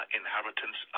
inheritance